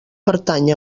pertany